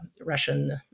Russian